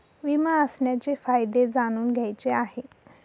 विमा असण्याचे फायदे जाणून घ्यायचे आहे